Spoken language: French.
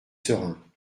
serein